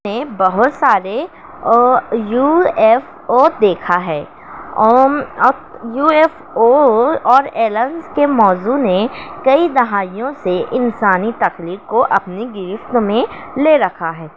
ہم نے بہت سارے یو ایف او دیکھا ہے یو ایف او اور ایلنس کے موضوع نے کئی دہائیوں سے انسانی تخلیق کو اپنی گرفت میں لے رکھا ہے